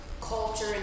culture